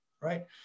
right